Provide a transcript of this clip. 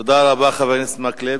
תודה רבה, חבר הכנסת מקלב.